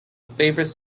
favourite